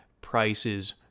prices